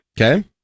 Okay